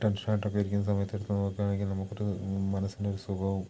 ടെൻഷനായിട്ടൊക്കെ ഇരിക്കുന്ന സമയത്ത് എടുത്തു നോക്കുകയാണെങ്കിൽ നമുക്കൊരു മനസ്സിനൊരു സുഖവും